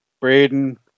Braden